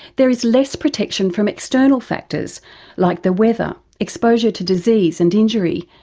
there is less protection from external factors like the weather, exposure to disease and injury,